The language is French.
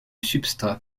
substrat